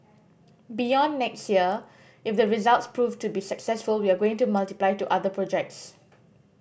beyond next year if the results proved to be successful we are going to multiply to other projects